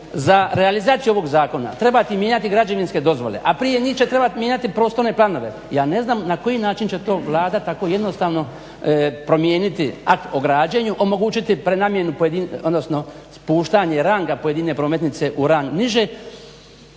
za realizaciju ovog zakona trebati mijenjati građevinske dozvole, a prije njih će trebati mijenjati prostorne planove. Ja ne znam na koji način će to Vlada tako jednostavno promijeniti akt o građenju, omogućiti prenamjenu odnosno spuštanje ranga pojedine prometnice u rang niže.